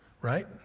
Right